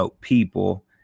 people